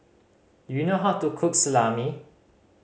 do you know how to cook Salami